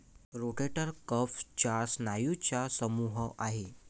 rotator cuff चार स्नायूंचा समूह आहे